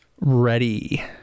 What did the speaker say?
Ready